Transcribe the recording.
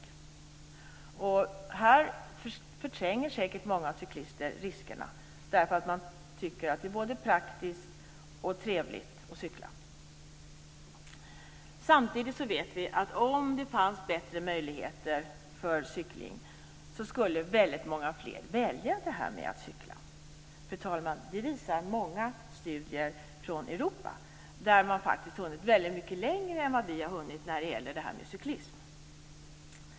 Många cyklister förtränger säkert riskerna därför att det anses vara både praktiskt och trevligt att cykla. Samtidigt vet vi att om det fanns bättre möjligheter för cykling skulle väldigt många fler välja cykeln. Det visar många studier gjorda ute i Europa, där man har hunnit mycket längre än vi när det gäller detta med cyklism.